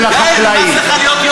של החקלאים.